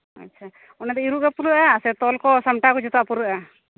ᱟᱪᱪᱷᱟ ᱚᱱᱟᱛᱮᱜᱮ ᱤᱨᱚᱜ ᱫᱚ ᱯᱩᱨᱟᱹᱜᱼᱟ ᱥᱮ ᱛᱚᱞ ᱠᱚ ᱥᱟᱢᱴᱟᱣ ᱠᱚ ᱡᱚᱛᱚᱣᱟᱜ ᱯᱩᱨᱟᱹᱜᱼᱟ